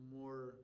more